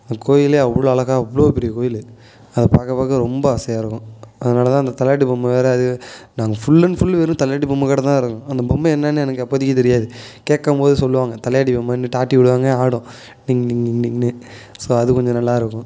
அந்தக் கோயிலே அவ்வளோ அழகாக அவ்வளோ பெரிய கோயில் அதை பார்க்க பார்க்க ரொம்ப ஆசையாகருக்கும் அதனால் தான் அந்த தலையாட்டி பொம்மை வேறு நாங்கள் ஃபுல் அண்ட் ஃபுல் வெறும் தலையாட்டி பொம்மை கடை தான் இருக்கும் அந்த பொம்மை என்னன்னு எனக்கு அப்போதிக்கு தெரியாது கேட்கும் போது சொல்லுவாங்க தலையாட்டி பொம்மைன்ட்டு ஆட்டி விடுவாங்க ஆடும் டிங் டிங் டிங்ன்னு ஸோ அது கொஞ்சம் நல்லா இருக்கும்